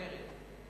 אוהלי מירי.